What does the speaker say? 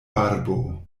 barbo